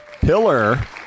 Pillar